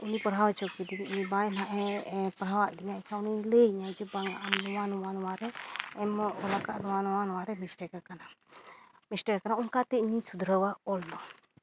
ᱩᱱᱤ ᱯᱟᱲᱟᱣ ᱦᱚᱪᱚ ᱠᱮᱫᱮᱭᱟᱹᱧ ᱵᱟᱝ ᱦᱟᱸᱜᱼᱮ ᱯᱟᱲᱦᱟᱣᱟᱫᱤᱧᱟ ᱮᱱᱠᱷᱟᱱ ᱩᱱᱤ ᱞᱟᱹᱭᱤᱧᱟᱹ ᱡᱮ ᱵᱟᱝᱟ ᱟᱢ ᱱᱚᱣᱟ ᱱᱚᱣᱟ ᱱᱚᱣᱟ ᱨᱮ ᱚᱞᱟᱠᱟᱫ ᱱᱚᱣᱟ ᱱᱚᱣᱟ ᱱᱚᱣᱟ ᱨᱮ ᱢᱤᱥᱴᱮᱠ ᱟᱠᱟᱱᱟ ᱢᱤᱥᱴᱮᱠ ᱟᱠᱟᱱᱟ ᱚᱱᱠᱟ ᱛᱮ ᱤᱧᱤᱧ ᱥᱩᱫᱷᱨᱟᱹᱣᱟ ᱚᱞ ᱫᱚ